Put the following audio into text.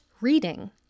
reading